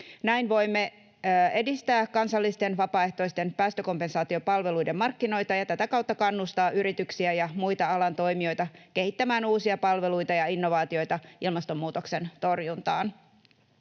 Näin voimme edistää kansallisten vapaaehtoisten päästökompensaatiopalveluiden markkinoita ja tätä kautta kannustaa yrityksiä ja muita alan toimijoita kehittämään uusia palveluita ja innovaatioita ilmastonmuutoksen torjuntaan.